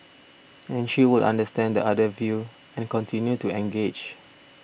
and she would understand the other view and continue to engage